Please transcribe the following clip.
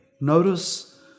Notice